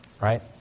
Right